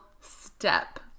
step